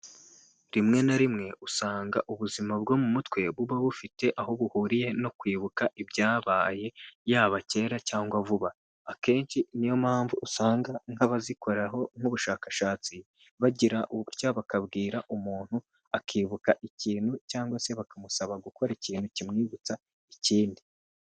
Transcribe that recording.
Rimwe na rimwe usanga ubuzima bwo mu mutwe buba bufite aho buhuriye no kwibuka ibyabaye, yaba kera cyangwa vuba. Akenshi niyo mpamvu usanga nk'abazikoraho nk'ubushakashatsi, bagira utya bakabwira umuntu akibuka ikintu cyangwa se bakamusaba gukora ikintu kimwibutsa ikindi.